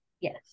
yes